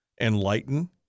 enlighten